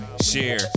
share